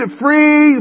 free